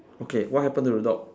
okay what happen to the dog